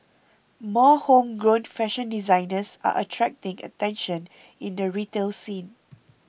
more homegrown fashion designers are attracting attention in the retail scene